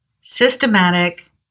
systematic